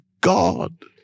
God